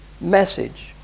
message